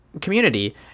community